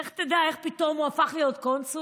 לך תדע איך פתאום הוא הפך להיות קונסול.